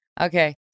Okay